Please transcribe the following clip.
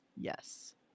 yes